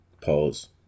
Pause